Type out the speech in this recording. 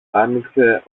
άνοιξε